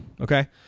okay